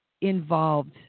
involved